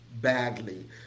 badly